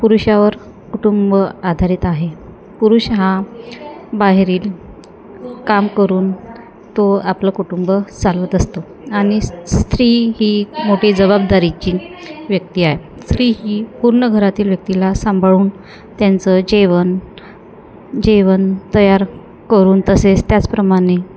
पुरुषावर कुटुंब आधारित आहे पुरुष हा बाहेरील काम करून तो आपलं कुटुंब चालवत असतो आणि स्त्री ही मोठी जबाबदारीची व्यक्ती आहे स्त्री ही पूर्ण घरातील व्यक्तीला सांभाळून त्यांचं जेवण जेवण तयार करून तसेच त्याचप्रमाणे